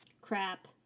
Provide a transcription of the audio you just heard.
crap